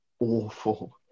awful